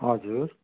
हजुर